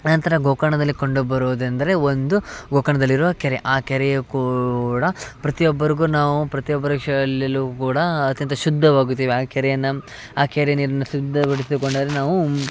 ನಂತರ ಗೋಕರ್ಣದಲ್ಲಿ ಕಂಡುಬರೋದೆಂದರೆ ಒಂದು ಗೋಕರ್ಣದಲ್ಲಿರುವ ಕೆರೆ ಆ ಕೆರೆಯೂ ಕೂಡ ಪ್ರತಿಯೊಬ್ಬರಿಗು ನಾವು ಪ್ರತಿಯೊಬ್ಬರ ವಿಷಯ ಅಲ್ಲೆಲ್ಲು ಕೂಡ ಅತ್ಯಂತ ಶುದ್ಧವಾಗುತ್ತೀವಿ ಆ ಕೆರೆಯನ್ನು ಆ ಕೆರೆ ನೀರನ್ನ ಶುದ್ಧಗೊಳಿಸಿಕೊಂಡರೆ ನಾವು ಮ್